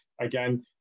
again